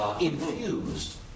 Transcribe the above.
infused